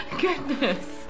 Goodness